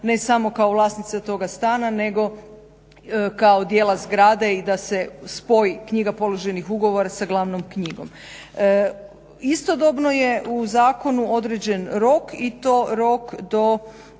ne samo kao vlasnica toga stana, nego kao dijela zgrade i da se spoji knjiga položenih ugovora sa glavnom knjigom. Istodobno je u zakonu određen rok i to rok od